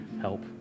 help